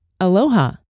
Aloha